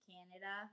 Canada